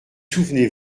souvenez